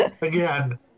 Again